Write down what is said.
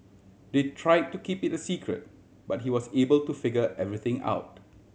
they try to keep it a secret but he was able to figure everything out